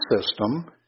system